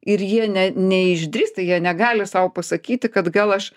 ir jie ne neišdrįsta jie negali sau pasakyti kad gal aš